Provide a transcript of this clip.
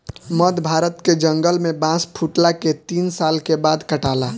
मध्य भारत के जंगल में बांस फुटला के तीन साल के बाद काटाला